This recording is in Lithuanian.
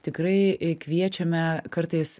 tikrai kviečiame kartais